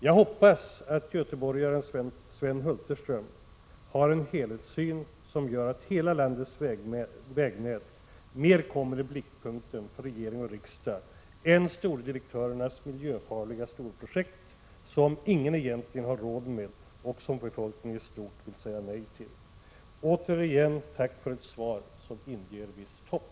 Jag hoppas att göteborgaren Sven Hulterström har en helhetssyn i detta sammanhang och att därmed hela landets vägnät mer kommer i blickpunkten för regering och riksdag än ”stordirektörernas” miljöfarliga storprojekt som ingen egentligen har råd 59 med och som befolkningen i stort vill säga nej till. Återigen tackar jag för ett svar som inger visst hopp.